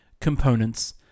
Components